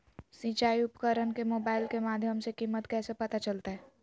सिंचाई उपकरण के मोबाइल के माध्यम से कीमत कैसे पता चलतय?